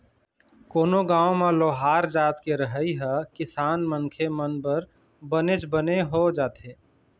कोनो गाँव म लोहार जात के रहई ह किसान मनखे मन बर बनेच बने हो जाथे